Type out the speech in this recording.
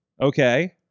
Okay